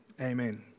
amen